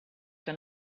que